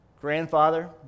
grandfather